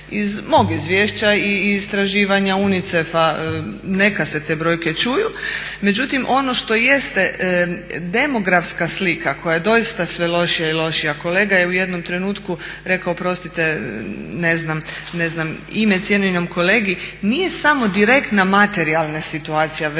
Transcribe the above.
iz mog izvješća i istraživanja UNICEF-a. Neka se te brojke čuju. Međutim ono što jeste demografska slika koja je doista sve lošija i lošija, kolega je u jednom trenutku rekao oprostite ne znam ime cijenjenom kolegi,n ije samo direktna materijalna povezana sa